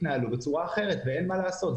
מה לעשות,